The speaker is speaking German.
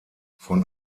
von